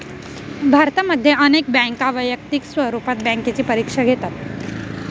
भारतामध्ये अनेक बँका वैयक्तिक स्वरूपात बँकेची परीक्षा घेतात